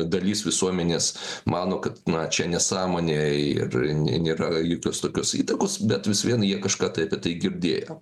dalis visuomenės mano kad na čia nesąmonė ir nė nėra jokios tokios įtakos bet vis vien jie kažką tai apie tai girdėję